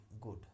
good